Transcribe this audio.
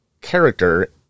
character